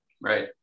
Right